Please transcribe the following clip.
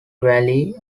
valley